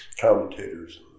commentators